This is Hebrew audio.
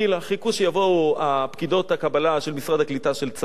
חיכו שיבואו פקידות הקבלה של משרד הקליטה של צה"ל.